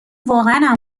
واقعا